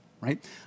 right